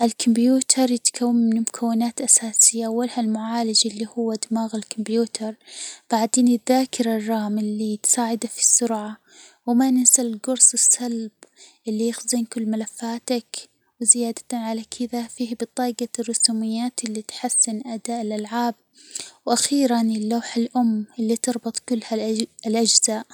الكمبيوتر يتكون من مكونات أساسية لوح المعالج اللي هو دماغ الكمبيوتر، بعدين الذاكرة الرام اللي تساعد في السرعة، و ما ننسي الجرص الصلب اللي يخزن كل ملفاتك، زيادة علي كده في بطاجة الرسوميات اللي تحسن أداء الألعاب ، و أخيراً اللوحة الأم اللي تربط كل الاج الأجزاء.